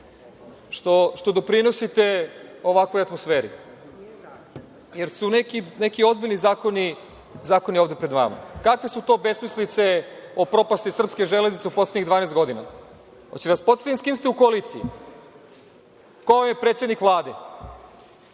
što doprinosite ovakvoj atmosferi, jer su neki ozbiljni zakoni ovde pred nama. Kakve su to besmislice o propasti srpske železnice u poslednjih 12 godina? Hoćete da vas podsetim s kim ste u koaliciji, ko vam je predsednik Vlade,